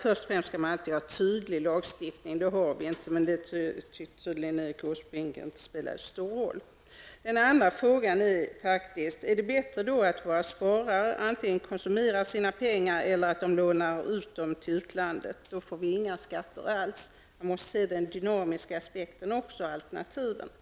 För det första skall man alltid ha tydlig lagstiftning -- det har vi inte, men det tycker Erik Åsbrink tydligen inte spelar så stor roll. För det andra: Är det då bättre att våra sparare antingen konsumerar sina pengar eller att de lånar ut dem till utlandet? Då får vi inte in några skatter alls. Man måste se det ur den dynamiska aspekten -- jag tänker på alternativen -- också.